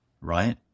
right